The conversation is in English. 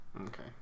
Okay